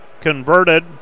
converted